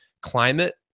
climate